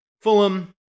Fulham